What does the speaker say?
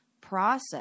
process